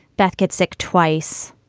beth gets sick twice.